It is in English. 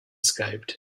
escaped